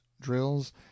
drills